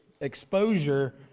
exposure